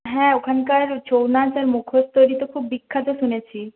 হ্যাঁ ওখানকার ছৌ নাচ আর মুখোশ তৈরি তো খুব বিখ্যাত শুনেছি